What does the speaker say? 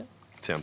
אוקי,